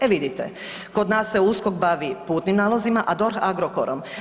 E vidite, kod nas se USKOK bavi putnim nalozima, a DORH Agrokorom.